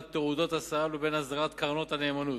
תעודות הסל לבין הסדרת קרנות הנאמנות,